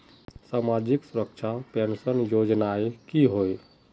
सामाजिक सुरक्षा पेंशन योजनाएँ की होय?